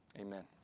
Amen